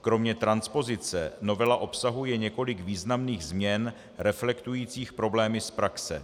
Kromě transpozice novela obsahuje několik významných změn reflektujících problémy z praxe.